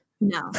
No